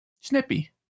snippy